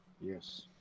Yes